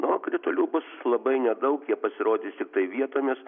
na o kritulių bus labai nedaug jie pasirodys tiktai vietomis